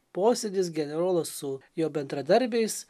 posėdis generolo su jo bendradarbiais